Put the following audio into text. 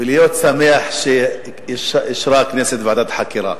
ולהיות שמח שהכנסת אישרה ועדת חקירה,